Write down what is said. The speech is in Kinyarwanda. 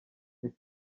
ese